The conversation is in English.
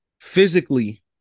physically